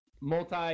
multi